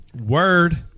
Word